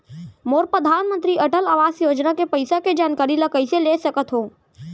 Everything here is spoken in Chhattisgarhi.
मोर परधानमंतरी अटल आवास योजना के पइसा के जानकारी ल कइसे ले सकत हो?